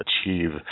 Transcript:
achieve